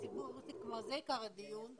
זה עיקר הדיון,